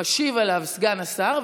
ומשיב עליה סגן השר,